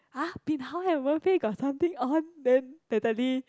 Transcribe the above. !huh! bin hao and Wen Fei got something on then Natalie